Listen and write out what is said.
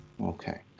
okay